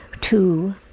two